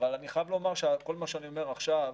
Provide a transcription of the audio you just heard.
אבל אני חייב לומר שכל מה שאני אומר עכשיו